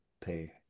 pay